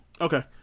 Okay